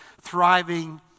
thriving